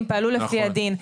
אם בעלו לפי הדין.